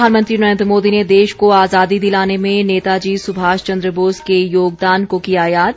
प्रधानमंत्री नरेन्द्र मोदी ने देश को आजादी दिलाने में नेताजी सुभाष चंद्र बोस के योगदान को किया याद